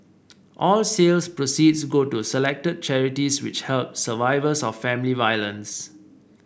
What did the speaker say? all sales proceeds go to selected charities which help survivors of family violence